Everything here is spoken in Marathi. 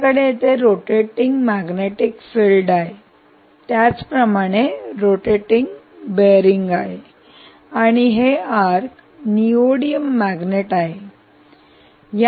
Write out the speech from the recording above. आपल्याकडे येथे रोटेटिंग मॅग्नेटिक फील्ड त्याचप्रमाणे रोटेटिंग बेअरिंग आहे आणि हे आर्क निओडीमियम मॅग्नेट आहे